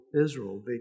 Israel